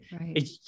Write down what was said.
Right